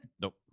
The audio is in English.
Nope